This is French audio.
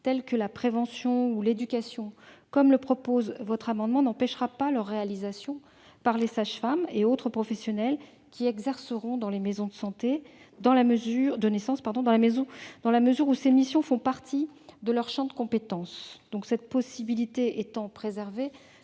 telles que la prévention ou l'éducation, n'empêchera pas leur réalisation par les sages-femmes et autres professionnels qui exerceront dans ces maisons, dans la mesure où ces missions font partie de leur champ de compétences. Cette possibilité étant préservée,